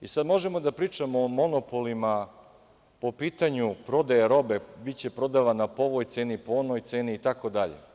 I, sada možemo da pričamo o monopolima po pitanju prodaje robe - biće prodavana po ovoj ceni, po onoj ceni itd.